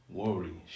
worry